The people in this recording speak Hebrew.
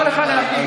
מותר לך, די.